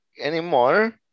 anymore